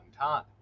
time